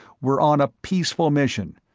we're on a peaceful mission,